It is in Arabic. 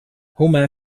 هما